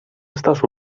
estas